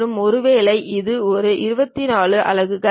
மற்றும் ஒருவேளை இது ஒரு 24 அலகுகள்